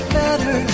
better